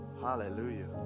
Hallelujah